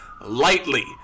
lightly